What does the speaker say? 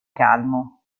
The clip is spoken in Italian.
calmo